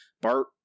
Bart